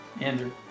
Andrew